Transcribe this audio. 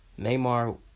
Neymar